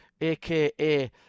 aka